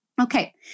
Okay